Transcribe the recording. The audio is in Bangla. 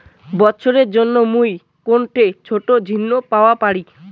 উৎসবের জন্য মুই কোনঠে ছোট ঋণ পাওয়া পারি?